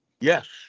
Yes